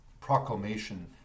proclamation